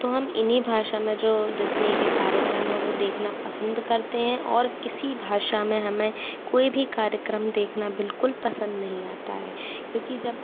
तो हम इन्ही भाषा में जो जितनी भी कार्यक्रम है वो देखना पसंद करते हैं और किसी भाषा में हमें कोई भी कार्यक्रम देखना बिल्कुल पसंद नहीं आता है क्योंकि जब